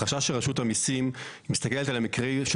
החשש הוא שרשות המיסים מתסכלת על המקרים של